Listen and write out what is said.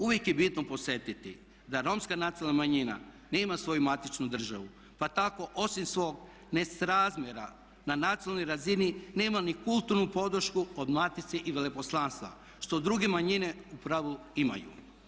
Uvijek je bitno podsjetiti da Romska nacionalna manjina nema svoju matičnu državu pa tako osim svog nesrazmjera na nacionalnoj razini nema ni kulturnu podršku od matice i veleposlanstva što druge manjine u pravilu imaju.